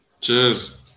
Cheers